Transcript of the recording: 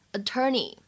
attorney